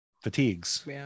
Fatigues